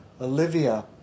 Olivia